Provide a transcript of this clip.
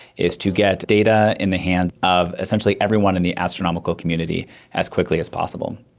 is to get data in the hands of essentially everyone in the astronomical community as quickly as possible.